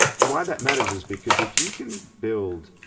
why that matters is because if you can build,